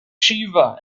shiva